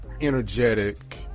energetic